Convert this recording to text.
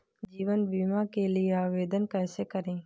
जीवन बीमा के लिए आवेदन कैसे करें?